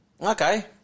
Okay